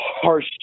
harsh